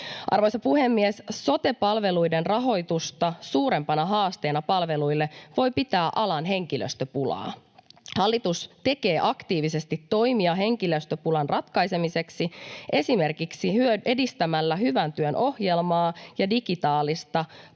Arvoisa puhemies! Sote-palveluiden rahoitusta suurempana haasteena palveluille voi pitää alan henkilöstöpulaa. Hallitus tekee aktiivisesti toimia henkilöstöpulan ratkaisemiseksi, esimerkiksi edistämällä Hyvän työn ohjelmaa ja digitaalista palveluntarjontaa